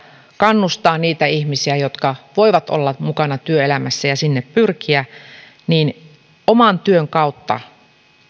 kannustaa niitä ihmisiä jotka voivat olla mukana työelämässä ja sinne pyrkiä oman työn kautta